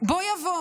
בוא יבוא,